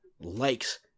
likes